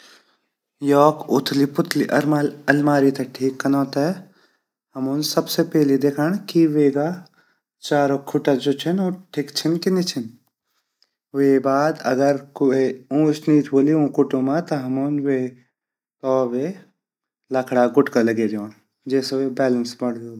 योक उथली-पुथलि अलमारी ते ठीक कनो ते हमुन सबसे पहली देखंड की वेगा चारो कहता ठिक छिन की नि छिन अर वेगा बाद अगर क्वे ऊंच नीच वोली खुट्टो मा ता हमुन वे तोवा बे लकड़ा गुटका लगे दयोंड जेसे वेगु बैलेंस बंड जोलु।